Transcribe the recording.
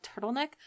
turtleneck